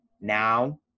now –